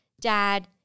dad